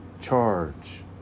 charge